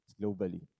globally